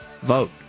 vote